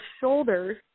shoulders